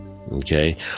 Okay